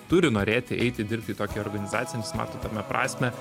turi norėti eiti dirbti į tokią organizaciją nes mato tame prasmę